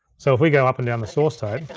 so if we go up and down the source tape,